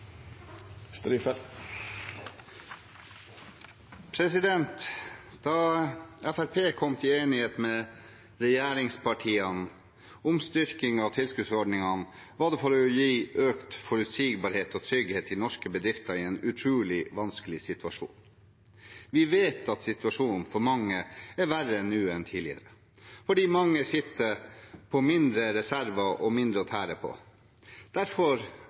Da Fremskrittspartiet kom til enighet med regjeringspartiene om styrking av tilskuddsordningen, var det for å gi økt forutsigbarhet og trygghet til norske bedrifter i en utrolig vanskelig situasjon. Vi vet at situasjonen for mange er verre nå enn tidligere, fordi mange sitter på mindre reserver og mindre å tære på. Derfor